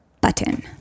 button